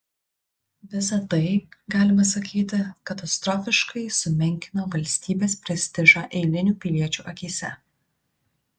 visa tai galima sakyti katastrofiškai sumenkino valstybės prestižą eilinių piliečių akyse